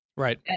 Right